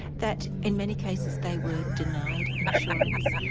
that in many cases they were denied insurance,